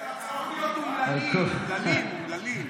אולי נעשה מיזוג של ההצעות.